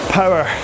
power